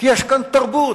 כי יש כאן תרבות,